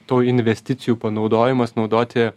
to investicijų panaudojimas naudoti